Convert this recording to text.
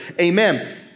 Amen